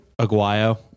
Aguayo